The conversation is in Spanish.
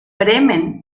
bremen